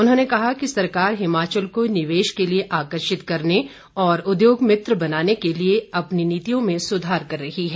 उन्होंने कहा कि सरकार हिमाचल को निवेश के लिए आकर्षित करने और उद्योग मित्र बनाने के लिए अपनी नीतियों में सुधार कर रही है